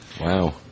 wow